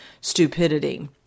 stupidity